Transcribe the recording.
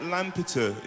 Lampeter